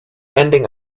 ending